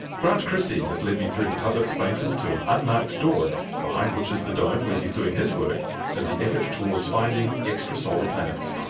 grant christie has led me through the public spaces to an unmarked door behind which is the dome where he's doing his work in and the effort towards finding extra-solar planets.